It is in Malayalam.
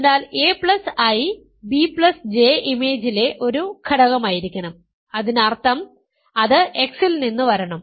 അതിനാൽ aI bJ ഇമേജിലെ ഒരു ഘടകമായിരിക്കണം അതിനർത്ഥം അത് x ൽ നിന്ന് വരണം